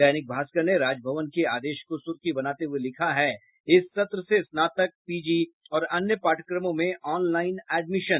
दैनिक भास्कर ने राजभवन के आदेश को सुर्खी बनाते हुए लिखा है इस सत्र से स्नातक पीजी और अन्य पाठ्यक्रमों में ऑनलाईन एडमिशन